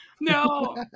No